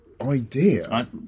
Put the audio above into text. idea